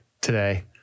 today